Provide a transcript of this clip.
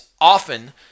often